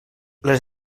les